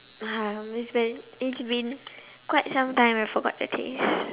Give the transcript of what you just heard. uh it's been it's been quite some time I forgot the taste